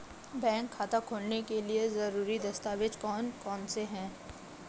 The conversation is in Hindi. बैंक खाता खोलने के लिए ज़रूरी दस्तावेज़ कौन कौनसे हैं?